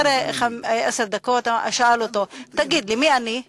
אחרי עשר דקות שאל אותו: תגיד לי, מי אני?